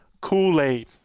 Kool-Aid